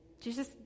Jesus